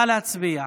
2021 נא להצביע.